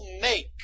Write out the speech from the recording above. make